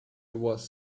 was